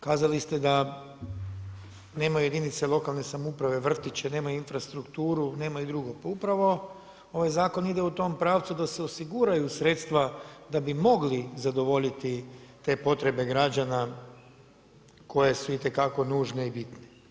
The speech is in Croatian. Kazali ste da nemaju jedinice lokalne samouprave vrtiće, nemaju infrastrukturu, nemaju drugo, pa upravo ovaj zakon ide u tom pravcu da se osiguraju sredstva da bi mogli zadovoljiti te potrebe građana koje su itekako nužne i bitne.